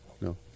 No